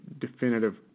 definitive